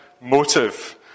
motive